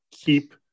keep